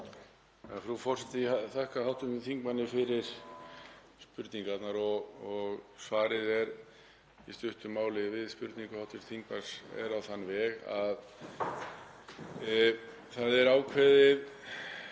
það er ákveðið